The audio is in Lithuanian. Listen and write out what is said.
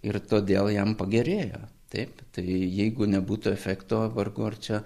ir todėl jam pagerėja taip tai jeigu nebūtų efekto vargu ar čia